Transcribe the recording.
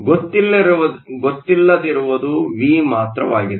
ಗೊತ್ತಿಲ್ಲದಿರುವುದು V ಮಾತ್ರವಾಗಿದೆ